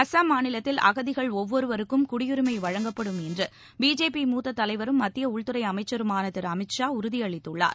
அஸ்ஸாம் மாநிலத்தில் அகதிகள் ஒவ்வொருவருக்கும் குடியுரிமைவழங்கப்படும் என்றுபிஜேபி மூத்தத் தலைவரும் மத்தியஉள்துறைஅமைச்சருமானதிருஅமித் ஷா உறுதியளித்துள்ளார்